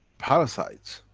parasites